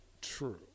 true